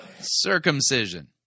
Circumcision